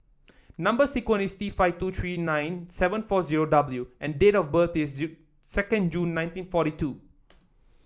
number sequence is T five two three nine seven four zero W and date of birth is second June nineteen forty two